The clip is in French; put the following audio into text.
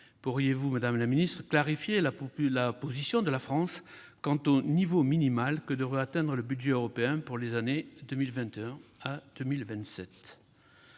Pourriez-vous, madame la secrétaire d'État, clarifier la position de la France quant au niveau minimal que devrait atteindre le budget européen pour les années 2021 à 2027 ?